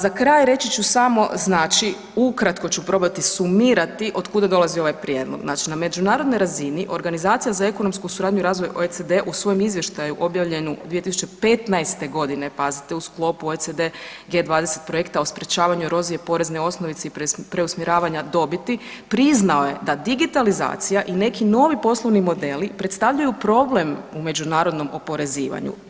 Za kraj reći ću samo znači ukratko ću probati sumirati od kuda dolazi ovaj prijedlog. znači na međunarodnoj razini Organizacija za ekonomsku suradnju i razvoj OECD u svom izvještaju objavljenju 2015.g., pazite u sklopu OECD-G20 projekta o sprečavanju erozije poreznoj osnovici preusmjeravanja dobiti priznao je da digitalizacija i neki novi poslovni modeli predstavljaju problem u međunarodnom oporezivanju.